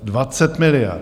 Dvacet miliard!